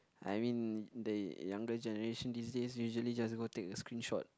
I mean the younger generation these days usually just go take a screenshot